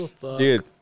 Dude